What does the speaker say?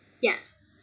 Yes